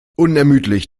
unermüdlich